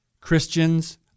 Christians